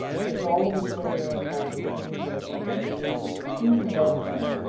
the fall of the colonial empire was hindered for a time by the influence of two heroic men,